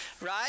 right